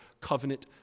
covenant